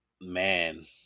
Man